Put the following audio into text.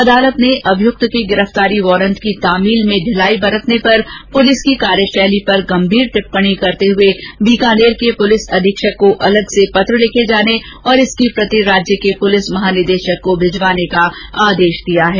अदालत ने अभियुक्त की गिरफ्तारी वारंट की तामील में ढिलाई बरतने पर पुलिस की कार्यशैली पर गम्भीर टिप्पणी करते हुए बीकानेर के पुलिस अधीक्षक को अलग से पत्र लिखे जाने और इसकी प्रति राज्य के पुलिस महानिर्देशक को भिजवाने का आदेश दिया है